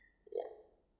yeah